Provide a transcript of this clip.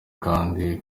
kandi